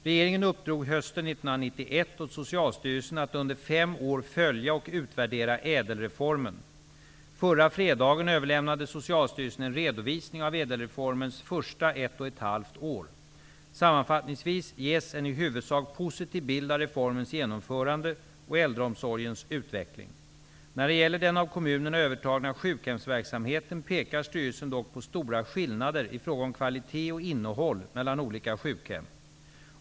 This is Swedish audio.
Regeringen uppdrog hösten 1991 åt Socialstyrelsen att under fem år följa och utvärdera ÄDEL Sammanfattningsvis ges en i huvudsak positiv bild av reformens genomförande och äldreomsorgens utveckling. När det gäller den av kommunerna övertagna sjukhemsverksamheten pekar styrelsen dock på stora skillnader i fråga om kvalitet och innehåll mellan olika sjukhem.